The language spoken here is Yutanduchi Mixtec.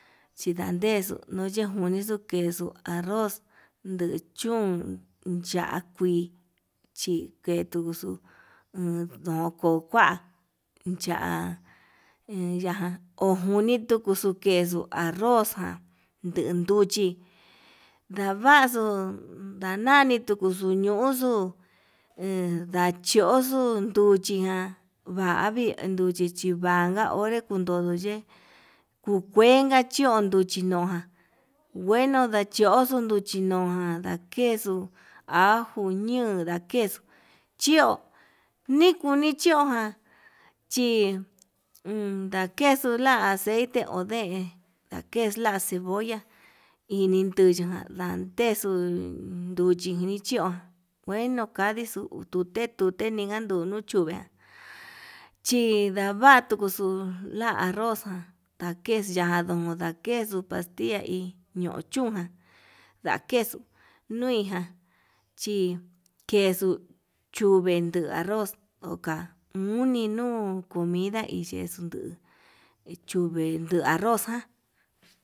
Chindantexu nuyee kunixu kexu arroz nduu chún nda'a kuii chi ketuxu, uun ndoko kua cha'a ya'á juni kutu kexuu arroz jan nden nduchi navxu ndantukuxu ñani ñuxuu, he ndachioxu nruchiján vavii nduchi chinanka onrer kundudu ye'e kuu kuenka chio nduchi noján, ngueno ndachioxo nruchi niojan ndakexu ajo ñiun ndakexu chio nikuni chioján chi lakexu la aceite ndakexu la cebolla ininuya jan ndakexuu, iin nduchi ni xhio kuenu kadixu tute tute nikandunu chuve cilavatuxu la arroz ján ndakexu yandon ndakexu pastilla hi ndo chunjan, ndakexu nuiján chikexu chuvendu arroz oka uni nuu comida iyexuu nduu chuven nduu arroz ján.